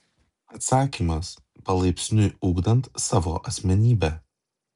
atsakymas palaipsniui ugdant savo asmenybę